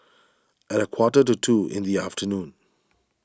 at a quarter to two in the afternoon